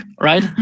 right